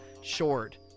short